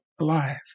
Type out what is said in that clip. alive